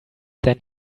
then